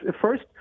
first